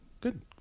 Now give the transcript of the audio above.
Good